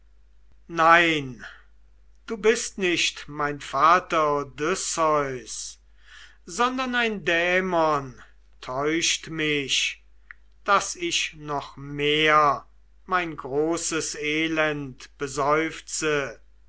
nein du bist nicht mein vater odysseus sondern ein dämon täuscht mich daß ich noch mehr mein großes elend beseufze